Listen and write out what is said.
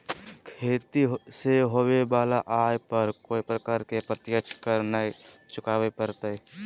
खेती से होबो वला आय पर कोय प्रकार के प्रत्यक्ष कर नय चुकावय परतय